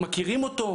מי מכיר אותו,